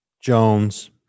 Jones